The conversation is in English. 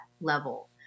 level